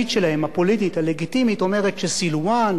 אומרת שסילואן והמקומות הללו הם לא ירושלים.